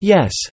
Yes